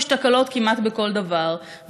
יש תקלות כמעט בכל דבר,